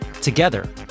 Together